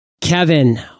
Kevin